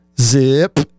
Zip